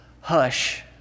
Hush